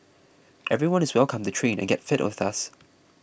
everyone is welcome to train and get fit with us